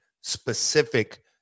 specific